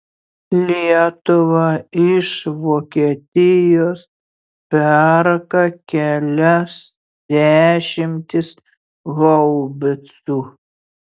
lietuva iš vokietijos perka kelias dešimtis haubicų